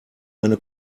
eine